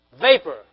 vapor